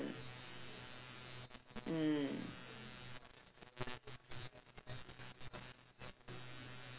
mm